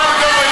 רגע,